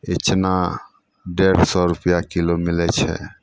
इचना डेढ़ सओ रुपैआ किलो मिलै छै